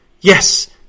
Yes